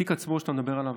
התיק שאתה מדבר עליו,